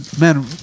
Man